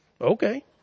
Okay